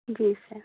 जी sir